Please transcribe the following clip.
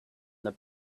the